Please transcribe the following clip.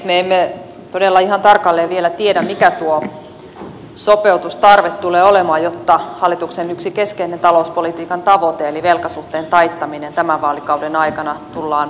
me emme todella ihan tarkalleen vielä tiedä mikä tuo sopeutustarve tulee olemaan jotta hallituksen yksi keskeinen talouspolitiikan tavoite eli velkasuhteen taittaminen tämän vaalikauden aikana tullaan saavuttamaan